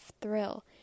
thrill